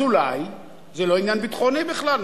אז אולי זה לא עניין ביטחוני בכלל,